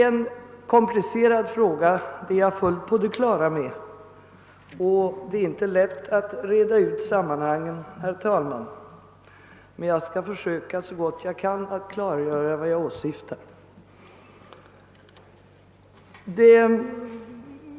Jag är fullt på det klara med att detta är en komplicerad fråga och att det inte är lätt att reda ut sammanhangen, men jag skall så gott jag kan försöka klargöra vad jag åsyftar.